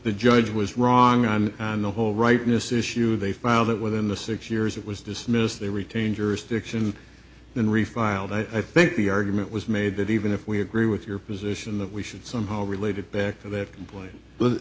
the judge was wrong on and the whole rightness issue they found it within the six years it was dismissed they retain jurisdiction in refiled i think the argument was made that even if we agree with your position that we should somehow related back of it compl